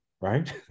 right